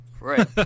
Right